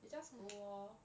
you just go lor